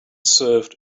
served